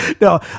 No